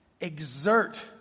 Exert